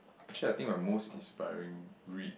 actually I think my most inspiring read